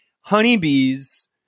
honeybees